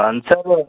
अन् सर वं